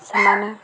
ସେମାନେ